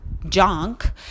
junk